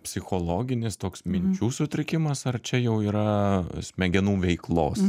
psichologinis toks minčių sutrikimas ar čia jau yra smegenų veiklos